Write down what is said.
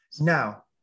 Now